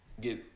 Get